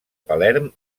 palerm